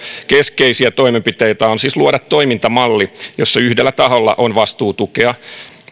keskeisiä toimenpiteitä on siis luoda toimintamalli jossa yhdellä taholla on vastuu tukea